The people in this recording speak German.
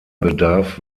bedarf